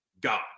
God